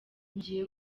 ngiye